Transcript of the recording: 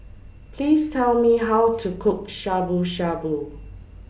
Please Tell Me How to Cook Shabu Shabu